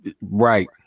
right